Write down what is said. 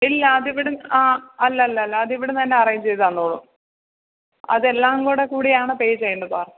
ഇല്ല അതിവിടുന്ന് ആ അല്ലല്ല അത് ഇവിടുന്ന് തന്നെ അറേഞ്ച് ചെയ്ത് തന്നോളും അതെല്ലാം കൂടെ കൂടിയാണ് പേ ചെയ്യേണ്ടത് സാർ